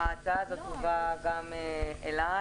ההצעה הזו הובאה גם אלי,